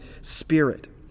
Spirit